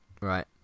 Right